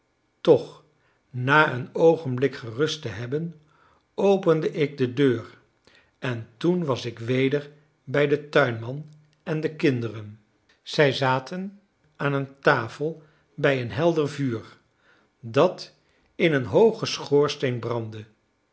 toch na een oogenblik gerust te hebben opende ik de deur en toen was ik weder bij den tuinman en de kinderen zij zaten aan een tafel bij een helder vuur dat in een hoogen schoorsteen brandde